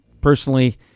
personally